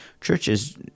churches